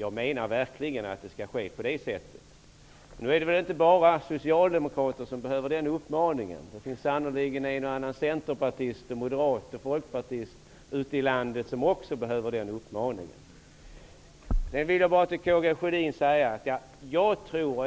Jag menar verkligen att rationaliseringen skall ske på det sättet. Nu är det väl inte bara socialdemokrater som behöver den uppmaningen. Det finns sannerligen en och annan centerpartist, moderat och folkpartist ute i landet som också behöver den uppmaningen. Jag vill säga till K G Sjödin att jag